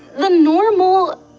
the normal.